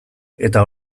eta